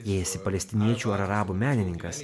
jei esi palestiniečių ar arabų menininkas